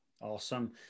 Awesome